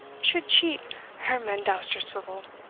should cheat herman dousterswivel!